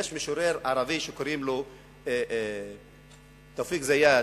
יש משורר ערבי שקוראים לו תופיק זיאד,